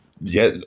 Yes